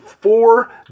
four